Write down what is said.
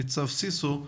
ניצב סיסו,